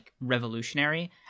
revolutionary